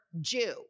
Jew